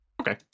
Okay